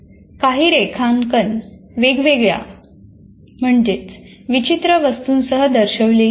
काही रेखांकन वेगवेगळ्या विचित्र वस्तूंसह दर्शवलेली आहेत